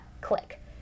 click